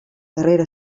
darrere